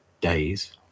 days